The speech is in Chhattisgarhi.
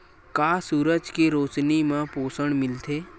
का सूरज के रोशनी म पोषण मिलथे?